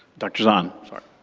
dr. zahn, sorry.